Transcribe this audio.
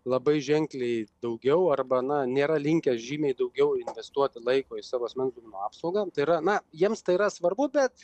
labai ženkliai daugiau arba na nėra linkę žymiai daugiau investuoti laiko į savo asmens apsaugą tai yra na jiems tai yra svarbu bet